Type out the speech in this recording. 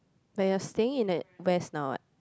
but you're staying in a west now what